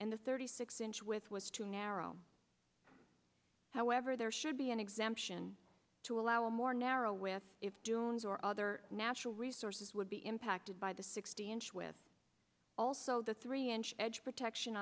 and the thirty six inch with was too narrow however there should be an exemption to allow a more narrow with if dunes or other natural resources would be impacted by the sixty inch with also the three inch edge protection